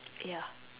ya